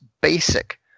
basic